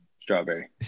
Strawberry